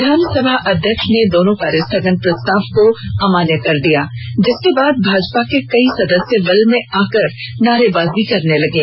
विधानसभा अध्यक्ष ने दोनों कार्य स्थगन प्रस्ताव को अमान्य कर दिया जिसके बाद भाजपा के कई सदस्य वेल में आकर नारेबाजी करने लगे